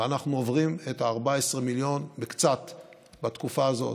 ואנחנו עוברים במעט את ה-14 מיליון בתקופה הזאת.